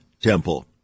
Temple